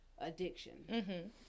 addiction